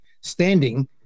standing